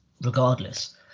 regardless